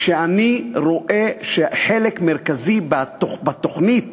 כשאני רואה שחלק מרכזי בתוכנית